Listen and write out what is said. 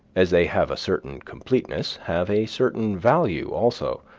as they have a certain completeness, have a certain value also.